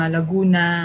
Laguna